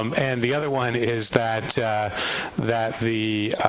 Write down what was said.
um and the other one is that yeah that the